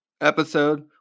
episode